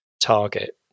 target